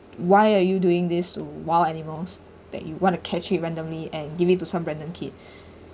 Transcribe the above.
why are you doing this to wild animals that you want to catch it randomly and give it to some random kid